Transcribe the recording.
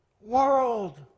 world